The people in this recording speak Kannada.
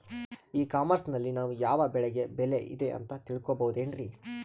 ಇ ಕಾಮರ್ಸ್ ನಲ್ಲಿ ನಾವು ಯಾವ ಬೆಳೆಗೆ ಬೆಲೆ ಇದೆ ಅಂತ ತಿಳ್ಕೋ ಬಹುದೇನ್ರಿ?